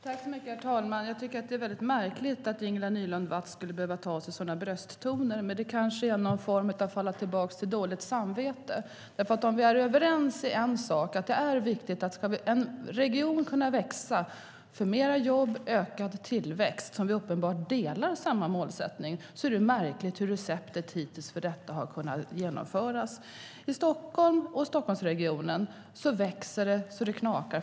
Herr talman! Jag tycker att det är märkligt att Ingela Nylund Watz behöver ta till brösttoner. Men det kanske handlar om någon form av dåligt samvete. Om vi är överens om en sak, att det är viktigt att en region ska kunna växa för mer jobb och ökad tillväxt - där vi uppenbart har samma målsättning - är det märkligt hur receptet för detta hittills har varit. I Stockholm och Stockholmsregionen växer det så det knakar.